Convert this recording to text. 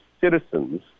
citizens